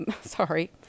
sorry